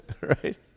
right